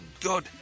good